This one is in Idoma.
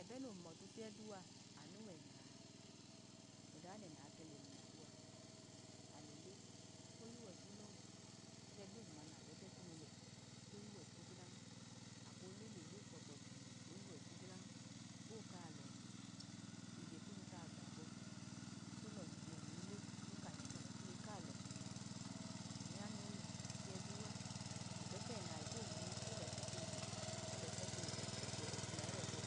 Ẹbẹ no humọtu fiye du a, amu wẹnaa, ọda noya nẹnaa kele humọtẹ, alele, oyuwọ ipu non, ẹgẹ duma nale lẹbẹ kunu lẹ oyuwọ ipu gilan, oka lọnye ije kunu ka gbabọ, olọhi nẹhi olẹ oka dnka lokpiye kalọ, anu ya nole humotẹ fiyẹ dua ẹbẹ kẹna ale tolihi olẹ kẹkpije olẹ ke ẹkpu nayira ẹhọ,